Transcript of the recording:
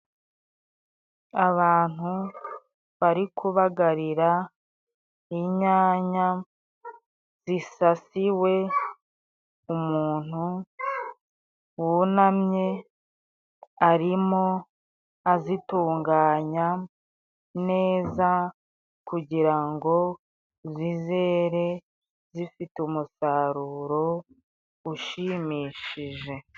Abantu bari kubagarira inyanya zisasiwe. Umuntu wunamye arimo azitunganya neza kugira ngo zizere zifite umusaruro ushimishije.